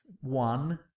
one